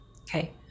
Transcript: okay